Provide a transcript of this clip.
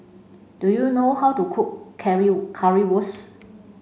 do you know how to cook Currywurst